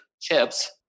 chips